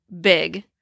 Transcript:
big